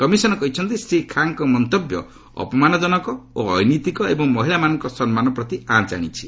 commission କହିଛନ୍ତି ଶ୍ରୀ ଖାଁଙ୍କ ମନ୍ତବ୍ୟ ଅପମାନଜନକ ଓ ଅନୈତିକ ଏବଂ ଏହା ମହିଳାମାନଙ୍କ ମାନସମ୍ମାନ ପ୍ରତି ଆଞ୍ଚ ଆଣୁଛି